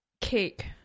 Cake